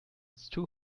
too